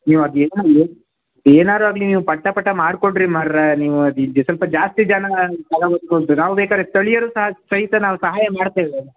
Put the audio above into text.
ನೀವು ಅದು ಏನು ಎ ಏನಾದ್ರಾಗ್ಲಿ ನೀವು ಪಟ ಪಟ ಮಾಡಿಕೊಡ್ರಿ ಮಾರ್ರಾ ನೀವು ಅದು ಇದು ಸ್ವಲ್ಪ ಜಾಸ್ತಿ ಜನ ನಾವು ಬೇಕಾದ್ರೆ ಸ್ಥಳೀಯರು ಸಹ ಸಹಿತ ನಾವು ಸಹಾಯ ಮಾಡ್ತೇವೆ